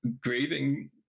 grieving